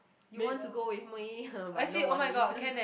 you want to go with me but I no money